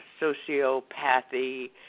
sociopathy